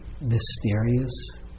mysterious